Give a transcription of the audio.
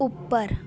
ਉੱਪਰ